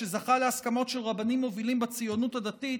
שזכה להסכמות של רבנים מובילים בציונות הדתית,